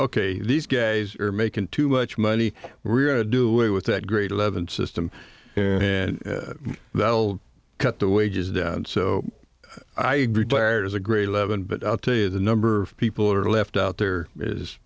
ok these guys are making too much money we're going to do it with that grade eleven system and they'll cut the wages down so i retired as a grade eleven but i'll tell you the number of people are left out there is